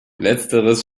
letzteres